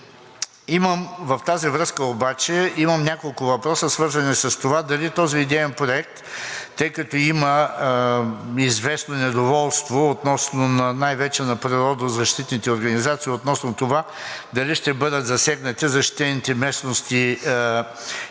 В тази връзка обаче имам няколко въпроса, свързани с това дали този идеен проект, тъй като има известно недоволство, най-вече на природозащитните организации относно това дали ще бъдат засегнати защитените местности „Яйлата“